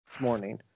morning